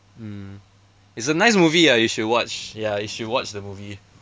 mm it's a nice movie ah you should watch ya you should watch the movie